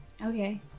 Okay